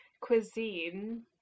cuisine